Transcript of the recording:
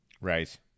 Right